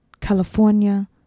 California